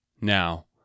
Now